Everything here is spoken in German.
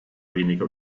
weniger